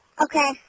Okay